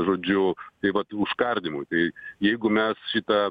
žodžiu taip pat užkardymų tai jeigu mes šitą